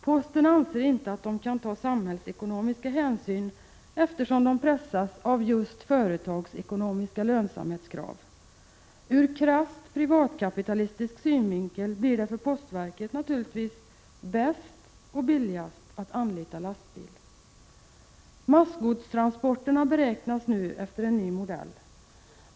Posten anser inte att den kan ta samhällsekonomiska hänsyn eftersom den pressas av företagsekonomiska lönsamhetskrav. Ur krasst privatkapitalistisk synvinkel blir det för postverket naturligtvis ”bäst och billigast” att anlita lastbil. DO Massgodstransporterna beräknas nu efter en ny modell.